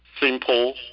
simple